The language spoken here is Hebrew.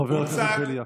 חבר הכנסת בליאק.